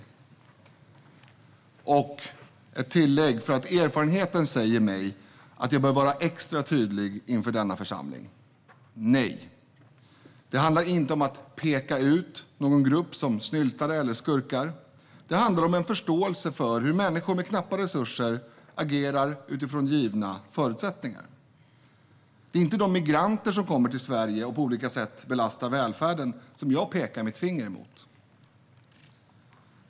Jag vill göra ett tillägg, för erfarenheten säger mig att jag bör vara extra tydlig inför denna församling: Nej, det handlar inte om att peka ut någon grupp som snyltare eller skurkar. Det handlar om en förståelse för hur människor med knappa resurser agerar utifrån givna förutsättningar. Det är inte de migranter som kommer till Sverige och belastar välfärden på olika sätt som jag pekar finger mot.